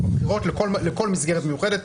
כל הבחירות צריכות להיות שוויוניות,